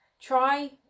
try